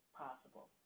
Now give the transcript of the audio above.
possible